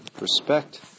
Respect